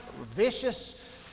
vicious